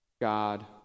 God